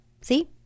See